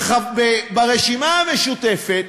ברשימה המשותפת